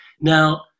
Now